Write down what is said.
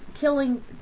killing